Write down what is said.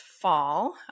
fall